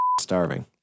starving